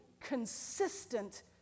consistent